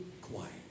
quiet